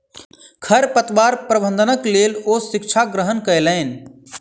खरपतवार प्रबंधनक लेल ओ शिक्षा ग्रहण कयलैन